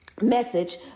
message